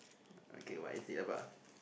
okay what is it about